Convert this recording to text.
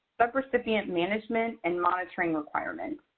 subrecipient management and monitoring requirements.